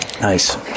Nice